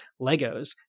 Legos